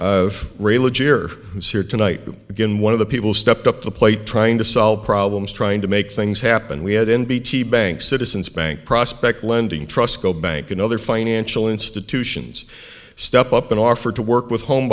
who's here tonight again one of the people stepped up the plate trying to solve problems trying to make things happen we had in bt bank citizens bank prospect lending trust go bank and other financial institutions step up and offer to work with home